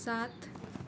सात